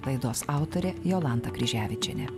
laidos autorė jolanta kryževičienė